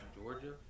Georgia